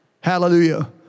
Hallelujah